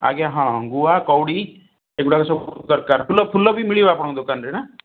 ଆଜ୍ଞା ହଁ ଗୁଆ କଉଡ଼ି ଏଗୁଡ଼ାକ ସବୁ ଦରକାର ଫୁଲ ଫୁଲ ବି ମିଳିବ ଆପଣଙ୍କ ଦୋକାନରେ ନା